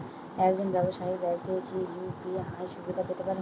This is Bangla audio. একজন ব্যাবসায়িক ব্যাক্তি কি ইউ.পি.আই সুবিধা পেতে পারে?